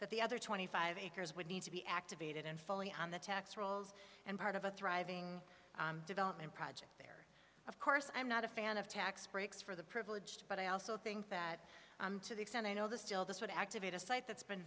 that the other twenty five acres would need to be activated and falling on the tax rolls and part of a thriving development project there of course i'm not a fan of tax breaks for the privileged but i also think that to the extent i know that still this would activate a site that's been